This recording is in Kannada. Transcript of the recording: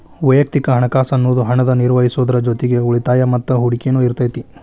ವಯಕ್ತಿಕ ಹಣಕಾಸ್ ಅನ್ನುದು ಹಣನ ನಿರ್ವಹಿಸೋದ್ರ್ ಜೊತಿಗಿ ಉಳಿತಾಯ ಮತ್ತ ಹೂಡಕಿನು ಇರತೈತಿ